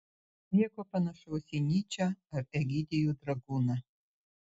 nieko panašaus į nyčę ar egidijų dragūną